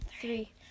three